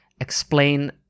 explain